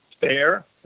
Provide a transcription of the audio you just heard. fair